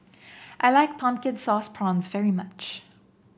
I like Pumpkin Sauce Prawns very much